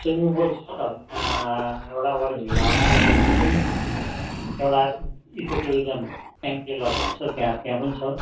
swimming pool छ त त्यहाँ एउटा ओरेन्ज भिल्लामा पनि छ स्विमिङ पुल एउटा इको टुरिज्म भन्छ त्यहाँ त्यहाँ पनि छ